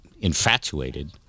infatuated